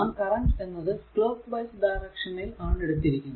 നാം കറന്റ് എന്നത് clockwise ഡയറക്ഷനിൽ ആണ് എടുത്തിരുന്നത്